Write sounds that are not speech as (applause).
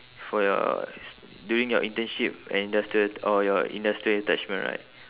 for your (noise) during your internship and industrial or your industrial attachment right